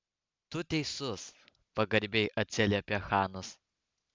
tu teisus pagarbiai atsiliepė chanas